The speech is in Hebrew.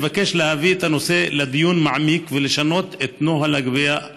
אני מבקש להביא את הנושא לדיון מעמיק ולשנות את נוהל הגבייה הלא-מוצדק.